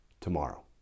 tomorrow